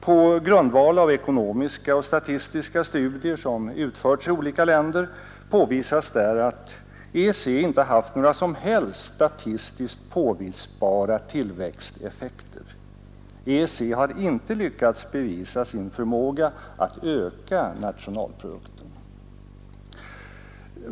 På grundval av ekonomiska och statistiska studier som utförts i olika länder påvisas där att EEC inte haft några som helst statistiskt påvisbara tillväxteffekter. EEC har inte lyckats bevisa sin förmåga att öka nationalprodukten.